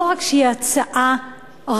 לא רק שהיא הצעה רעה,